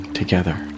together